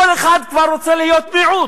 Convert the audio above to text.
כל אחד כבר רוצה להיות מיעוט.